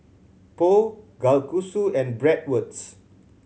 Pho Kalguksu and Bratwurst